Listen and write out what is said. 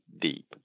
deep